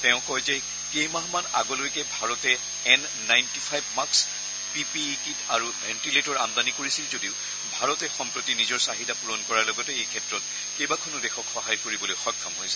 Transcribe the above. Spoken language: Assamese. তেওঁ কয় যে কেইমাহমান আগলৈকে ভাৰতে N ninety five masks P P E kit আৰু ভেণ্টিলেটৰ আমদানী কৰিছিল যদিও ভাৰতে সম্প্ৰতি নিজৰ চাহিদা পূৰণ কৰাৰ লগতে কেইবাখনো দেশক সহায় কৰিবলৈ সক্ষম হৈছে